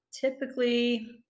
typically